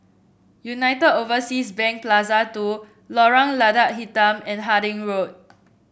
Unite Overseas Bank Plaza two Lorong Lada Hitam and Harding Road